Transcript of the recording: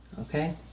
Okay